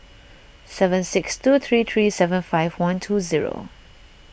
seven six two three three seven five one two zero